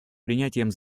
принятием